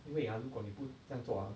因为啊如果你不这样做啊